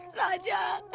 raja,